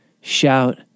shout